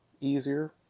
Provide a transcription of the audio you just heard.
easier